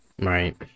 Right